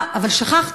אה, אבל שכחתי.